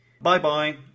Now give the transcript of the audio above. bye-bye